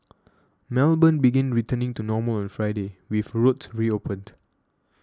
Melbourne began returning to normal on Friday with roads reopened